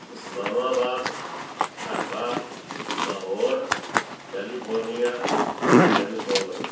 Islamabad Dhaka Lahore California Vancouver